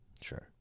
Sure